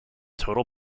total